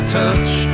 touch